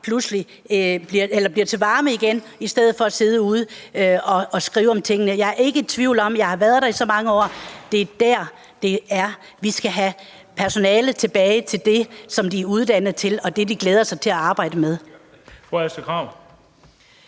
hænder igen bliver varme i stedet for at skulle bruges ude til at skrive om tingene. Jeg er ikke i tvivl om – jeg har været i ældreplejen så mange år – at vi skal have personalet tilbage til det, som de er uddannet til, og til det, de glæder sig til at arbejde med. Kl.